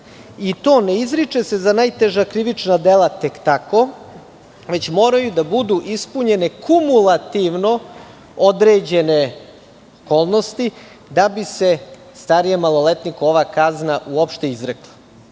i to se ne izriče za najteža krivična dela tek tako, već moraju da budu ispunjene kumulativno određene okolnosti da bi se starijem maloletniku ova kazna uopšte izrekla. Članom